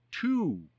two